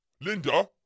Linda